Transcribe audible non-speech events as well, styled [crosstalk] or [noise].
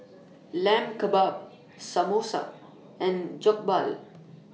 [noise] Lamb Kebabs Samosa and Jokbal